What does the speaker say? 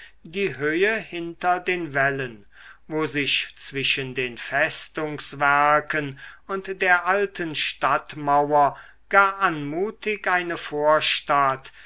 die höhe hinter den wällen wo sich zwischen den festungswerken und der alten stadtmauer gar anmutig eine vorstadt